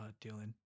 Dylan